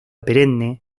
perenne